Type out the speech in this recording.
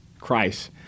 Christ